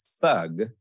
thug